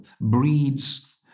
breeds